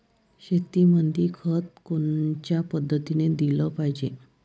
शेतीमंदी खत कोनच्या पद्धतीने देलं पाहिजे?